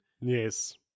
yes